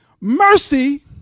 Mercy